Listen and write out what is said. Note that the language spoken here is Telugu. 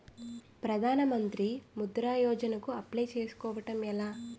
ప్రధాన మంత్రి ముద్రా యోజన కు అప్లయ్ చేసుకోవటం ఎలా?